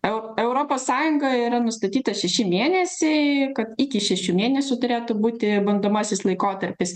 eu europos sąjungoj yra nustatyta šeši mėnesiai kad iki šešių mėnesių turėtų būti bandomasis laikotarpis